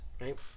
right